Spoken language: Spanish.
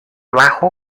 bajo